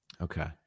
Okay